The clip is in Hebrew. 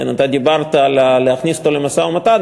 אתה דיברת על להכניס אותו למשא-ומתן,